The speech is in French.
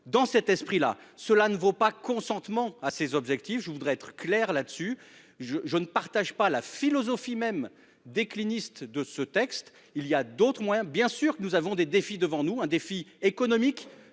dans cet esprit-là, cela ne vaut pas consentement à ses objectifs. Je voudrais être clair là-dessus je je ne partage pas la philosophie même déclinistes de ce texte, il y a d'autres moins bien sûr que nous avons des défis devant nous un défi économique,